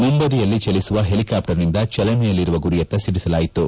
ಮುಂಬದಿಯಲ್ಲಿ ಚಲಿಸುವ ಹೆಲಿಕಾಪ್ಲರ್ನಿಂದ ಚಲನೆಯಲ್ಲಿರುವ ಗುರಿಯುತ್ತ ಸಿಡಿಸಲಾಯಿತು